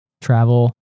travel